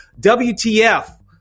WTF